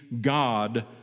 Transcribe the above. God